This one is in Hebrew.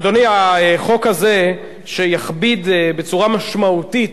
אדוני, החוק הזה, שיכביד בצורה משמעותית